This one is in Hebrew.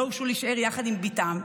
לא הורשו להישאר יחד עם בתם,